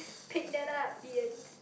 pick that up Ian